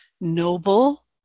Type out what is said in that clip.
noble